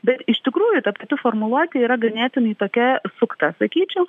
bet iš tikrųjų ta pati formuluotė yra ganėtinai tokia sukta sakyčiau